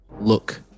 look